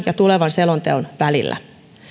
ja tulevan selonteon välillä